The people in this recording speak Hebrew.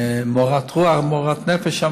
מורת רוח, מורת נפש.